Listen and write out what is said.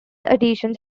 editions